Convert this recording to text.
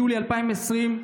יולי 2020,